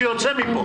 שיוצא מפה.